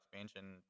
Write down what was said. expansion